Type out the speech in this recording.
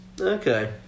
Okay